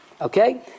Okay